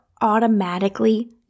automatically